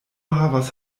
havas